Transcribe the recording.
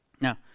now